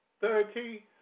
Thirty